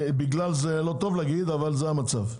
זה לא טוב להגיד, אבל זה המצב.